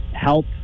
help